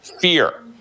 Fear